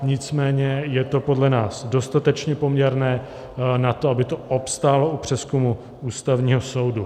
Nicméně je to podle nás dostatečně poměrné na to, aby to obstálo u přezkumu Ústavního soudu.